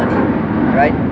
money right